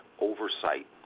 oversight